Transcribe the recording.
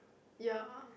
ya